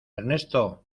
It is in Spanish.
ernesto